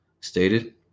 stated